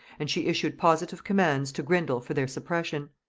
and she issued positive commands to grindal for their suppression.